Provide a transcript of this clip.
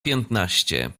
piętnaście